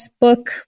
book